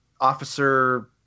officer